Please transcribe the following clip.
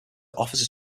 officer